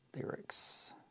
lyrics